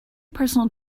personal